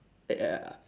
ya